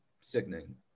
sickening